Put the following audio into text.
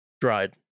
Dried